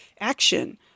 action